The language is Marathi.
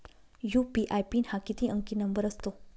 यू.पी.आय पिन हा किती अंकी नंबर असतो?